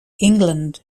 england